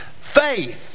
Faith